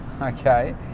Okay